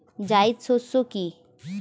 জায়িদ শস্য কি?